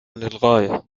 للغاية